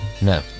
no